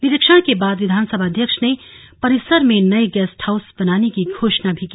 निरीक्षण के बाद विधानसभा अध्यक्ष ने परिसर में नये गेस्टहाउस बनाने की घोषणा भी की